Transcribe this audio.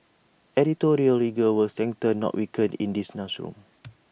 editorial rigour will strengthen not weaken in this room